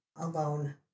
alone